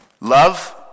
Love